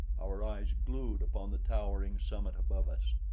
our eyes glued upon the towering summit above us.